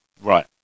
Right